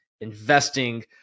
investing